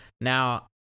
Now